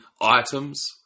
items